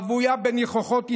הרוויה בניחוחות אנטישמיים,